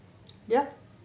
ya